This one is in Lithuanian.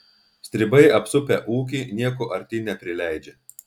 stribai apsupę ūkį nieko artyn neprileidžia